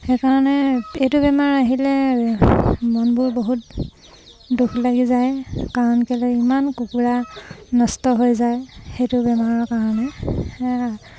সেইকাৰণে এইটো বেমাৰ আহিলে মনবোৰ বহুত দুখ লাগি যায় কাৰণ কেলেই ইমান কুকুৰা নষ্ট হৈ যায় সেইটো বেমাৰৰ কাৰণে